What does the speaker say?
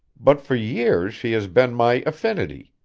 but for years she has been my affinity.